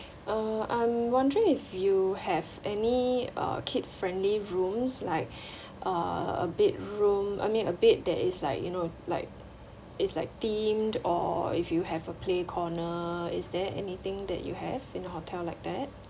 uh I'm wondering if you have any uh kid friendly rooms like uh a big room I mean a bed that is like you know like it's like themed or if you have a play corner is there anything that you have in a hotel like that